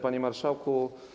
Panie Marszałku!